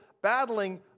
Battling